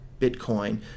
Bitcoin